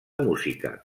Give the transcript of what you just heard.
música